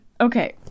Okay